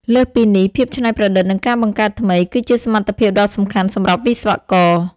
លើសពីនេះភាពច្នៃប្រឌិត និងការបង្កើតថ្មី គឺជាសមត្ថភាពដ៏សំខាន់សម្រាប់វិស្វករ។